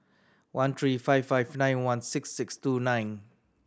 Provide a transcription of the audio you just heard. one three five five nine one six six two nine